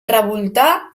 revoltar